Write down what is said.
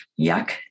yuck